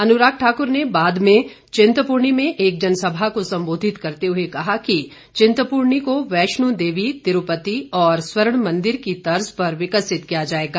अनुराग ठाकुर ने बाद में चिंतपूर्णी में एक जनसभा को संबोधित करते हुए कहा कि चिंपूर्णी को वैष्णु देवी तिरूपति और स्वर्ण मंदिर की तर्ज पर विकसित किया जाएगा